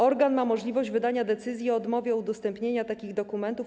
Organ ma możliwość wydania decyzji o odmowie udostępnienia takich dokumentów.